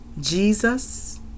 Jesus